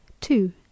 Two